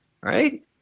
right